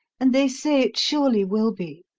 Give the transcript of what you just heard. and they say it surely will be.